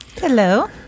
Hello